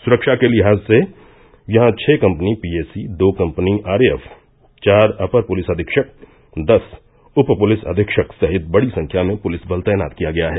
सुरक्षा के लिहाज से यहां छह कम्पनी पीएसी दो कम्पनी आरएएफ चार अपर पुलिस अधीक्षक दस उप पुलिस अधीक्षक सहित बड़ी संख्या में पुलिस बल तैनात किया गया है